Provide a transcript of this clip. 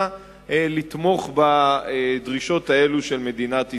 לתמוך בדרישות האלו של מדינת ישראל.